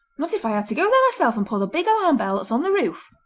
not if i had to go there myself and pull the big alarm bell that's on the roof